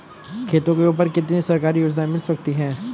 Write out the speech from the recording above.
खेतों के ऊपर कितनी सरकारी योजनाएं मिल सकती हैं?